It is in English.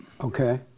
Okay